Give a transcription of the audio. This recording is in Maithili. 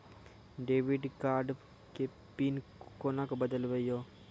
डेबिट कार्ड के पिन कोना के बदलबै यो?